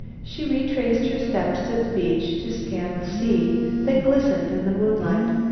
she retraced her steps to the beach to scan the sea that glistened in the moonlight.